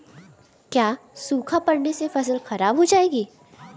क्या सूखा पड़ने से फसल खराब हो जाएगी?